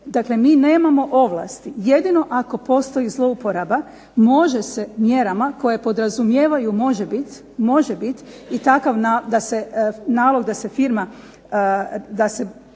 Dakle, mi nemamo ovlasti. Jedino ako postoji zlouporaba može se mjerama koje podrazumijevaju može bit da se, nalog da se firma,